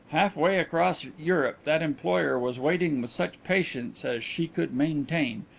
half-way across europe that employer was waiting with such patience as she could maintain,